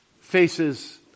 faces